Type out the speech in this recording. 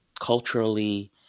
culturally